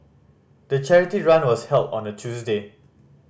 the charity run was held on a Tuesday